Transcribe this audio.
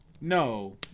No